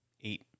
Eight